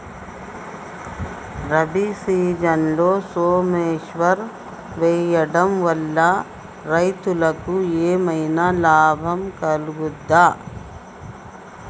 రబీ సీజన్లో సోమేశ్వర్ వేయడం వల్ల రైతులకు ఏమైనా లాభం కలుగుద్ద?